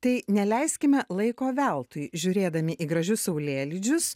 tai neleiskime laiko veltui žiūrėdami į gražius saulėlydžius